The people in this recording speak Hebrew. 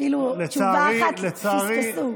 אפילו תשובה אחת פספסו.